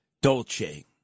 Dolce